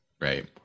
right